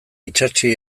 itsatsi